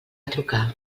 trucar